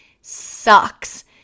sucks